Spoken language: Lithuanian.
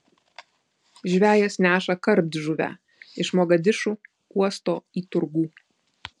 žvejas neša kardžuvę iš mogadišu uosto į turgų